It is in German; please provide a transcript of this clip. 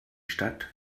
stadt